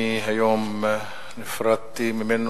אני היום נפרדתי ממנו,